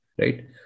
Right